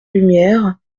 lumière